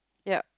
yep